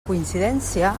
coincidència